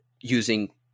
using